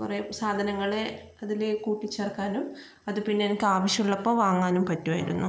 കുറെ സാധനങ്ങളെ അതില് കൂട്ടിച്ചേർക്കാനും അത് പിന്നെ എനിക്ക് ആവിശ്യമുള്ളപ്പോ വാങ്ങാനും പറ്റുവായിരുന്നു